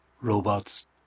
Robots